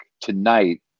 tonight